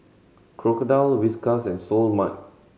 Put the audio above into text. Crocodile Whiskas and Seoul Mart